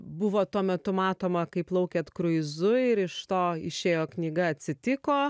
buvo tuo metu matoma kai plaukėt kruizu ir iš to išėjo knyga atsitiko